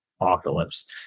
apocalypse